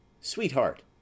sweetheart